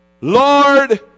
Lord